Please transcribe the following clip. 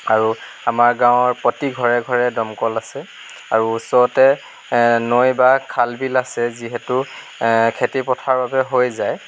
আৰু আমাৰ গাওঁৰ প্ৰতি ঘৰে ঘৰে দমকল আছে আৰু ওচৰতে নৈ বা খাল বিল আছে যিহেতু খেতি পথাৰ বাবে হৈ যায়